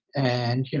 and,